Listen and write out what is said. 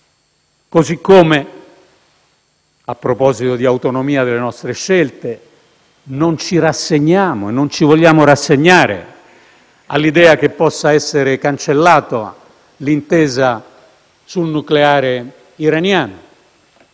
necessario. A proposito di autonomia delle nostre scelte, non ci rassegniamo e non ci vogliamo rassegnare all'idea che possa essere cancellata l'intesa sul nucleare iraniano,